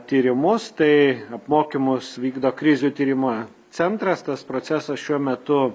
tyrimus tai apmokymus vykdo krizių tyrimo centras tas procesas šiuo metu